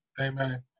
Amen